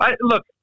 Look